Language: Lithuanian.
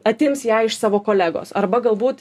atims ją iš savo kolegos arba galbūt